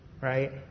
right